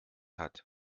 hat